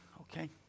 okay